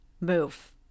move